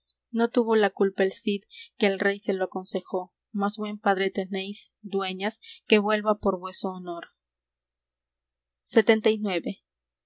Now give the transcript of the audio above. no tuvo la culpa el cid que el rey se lo aconsejó mas buen padre tenéis dueñas que vuelva por vueso honor